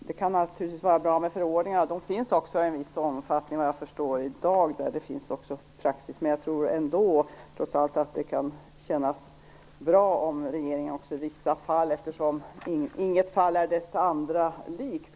Herr talman! Det kan naturligtvis vara bra med förordningar, och sådana finns också i en viss omfattning. Men jag tror ändå att det kan kännas bra om regeringen kan få finnas med i denna process, eftersom inget fall är det andra likt.